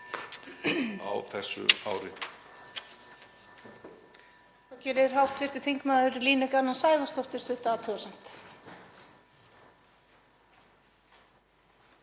á þessu ári